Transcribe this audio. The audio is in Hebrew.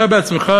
אתה בעצמך,